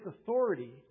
authority